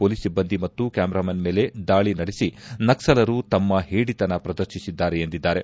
police ಸಿಬ್ಬಂದಿ ಮತ್ತು cameramen ಮೇಲೆ ದಾಳಿ ನಡೆಸಿ ನಕ್ಸಲರು ತಮ್ಮ ಹೇಡಿತನ ಪ್ರದರ್ಶಿಸಿದ್ದಾರೆ ಎಂದಿದ್ದಾರೆ